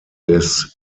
des